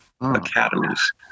Academies